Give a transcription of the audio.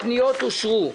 הצבעה הפניות אושרו.